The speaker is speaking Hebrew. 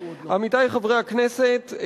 עמיתי חברי הכנסת,